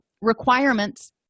requirements